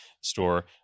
store